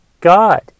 God